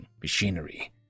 machinery